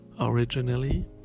Originally